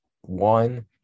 one